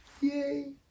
Yay